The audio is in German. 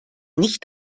nicht